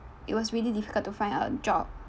it was really difficult to find a job